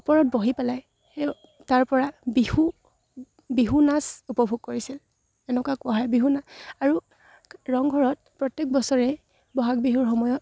ওপৰত বহি পেলাই সেই তাৰ পৰা বিহু বিহু নাচ উপভোগ কৰিছিল এনেকুৱা কোৱা বিহু নাচ আৰু ৰংঘৰত প্ৰত্যেক বছৰে বহাগ বিহুৰ সময়ত